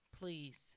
Please